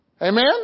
Amen